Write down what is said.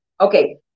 Okay